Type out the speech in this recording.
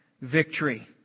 victory